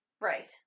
Right